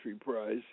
Prize